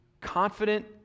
confident